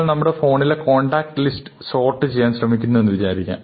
നമ്മൾ നമ്മുടെ ഫോണിലെ കോൺടാക്ട് ലിസ്റ്റ് സോർട്ട് ചെയ്യാൻ ശ്രമിക്കുന്നു എന്ന് വിചാരിക്കാം